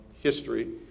history